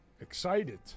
excited